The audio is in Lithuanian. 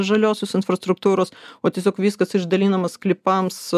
žaliosios infrastruktūros o tiesiog viskas išdalinama sklypams